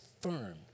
firm